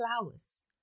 flowers